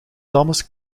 thomas